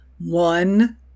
One